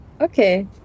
Okay